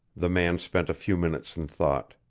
the man spent a few minutes in thought.